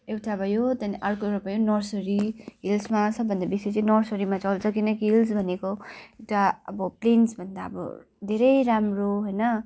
एउटा भयो त्यहाँदेखि अर्को भयो नर्सरी हिल्समा सबभन्दा बेसी चाहिँ नर्सरीमा चल्छ किनकि हिल्स भनेको एउटा अब प्लेन्स भन्दा अब धेरै राम्रो होइन